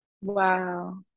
Wow